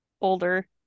older